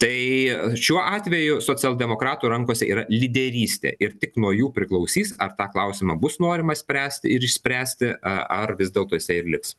tai šiuo atveju socialdemokratų rankose yra lyderystė ir tik nuo jų priklausys ar tą klausimą bus norima spręsti ir išspręsti ar vis dėlto jisai ir liks